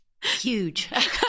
Huge